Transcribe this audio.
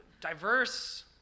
diverse